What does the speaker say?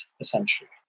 essentially